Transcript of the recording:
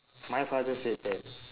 my father said that